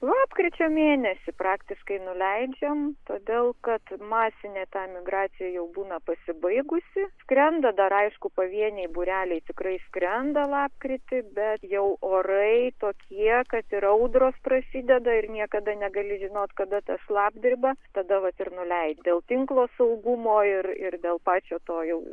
lapkričio mėnesį praktiškai nuleidžiam todėl kad masinė ta migracija jau būna pasibaigusi skrenda dar aišku pavieniai būreliai tikrai skrenda lapkritį bet jau orai tokie kad ir audros prasideda ir niekada negali žinot kada tas šlapdriba tada vat ir nuleid dėl tinklo saugumo ir ir dėl pačio to jau